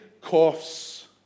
coughs